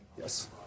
Yes